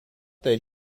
that